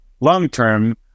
long-term